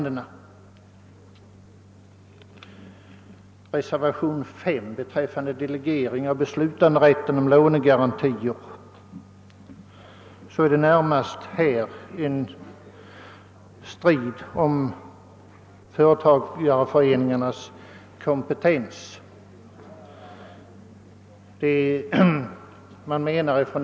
Bakom reservationen 5, beträffande delegering av beslutanderätt om lånegarantier, ligger närmast en strid om företagareföreningarnas kompetens.